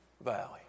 valley